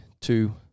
two